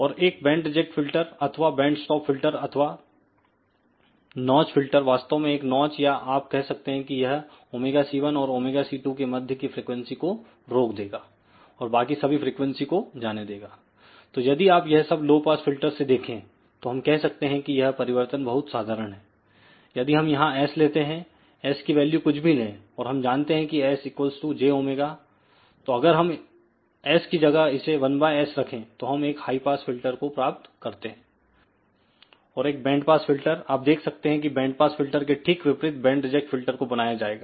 और एक band reject filter अथवा बैंड् स्टॉप फिल्टर अथवा नोच फिल्टर वास्तव में एक नोच या आप कह सकते हैं कि यह ωc1 और ωc2 के मध्य की फ्रीक्वेंसी को रोक देगा और बाकी सभी फ्रीक्वेंसी को जाने देगा तो यदि आप यह सब लो पास फिल्टर से देखें तो हम कह सकते हैं कि यह परिवर्तन बहुत साधारण हैयदि हम यहां s लेते हैंs की वैल्यू कुछ भी ले और हम जानते हैं कि s jω तो अगर हम s की जगह इसे 1 बाय s रखें तो हम एक हाई पास फिल्टर को प्राप्त करते हैंऔर एक बैंड पास फिल्टर आप देख सकते हैं कि बैंड पास फिल्टर के ठीक विपरीत बैंड रिजेक्ट फिल्टर को बनाया जाएगा